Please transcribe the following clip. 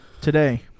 today